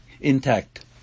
intact